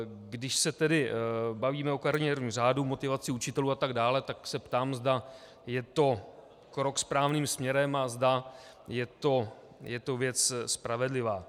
Když se tedy bavíme o kariérním řádu, motivaci učitelů atd., tak se ptám, zda je to krok správným směrem a zda je to věc spravedlivá.